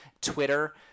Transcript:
twitter